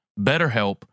BetterHelp